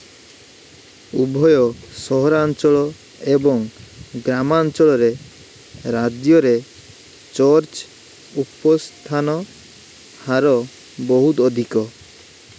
ଉଭୟ ସହରାଞ୍ଚଳ ଏବଂ ଗ୍ରାମାଞ୍ଚଳରେ ରାଜ୍ୟରେ ଚର୍ଚ୍ଚ ଉପସ୍ଥାନ ହାର ବହୁତ ଅଧିକ